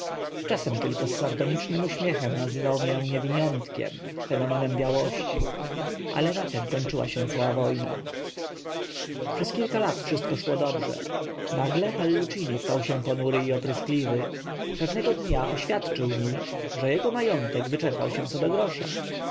czasem tylko z sardonicznym uśmiechem nazywał mię niewiniątkiem fenomenem białości ale na tym kończyła się cała wo na przez kilka lat wszystko szło dobrze nagle hallucini stał się ponury i opryskliwy pewnego dnia oświadczył mi że ego ma ątek wyczerpał się co do grosza